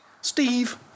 Steve